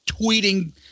tweeting